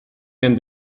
and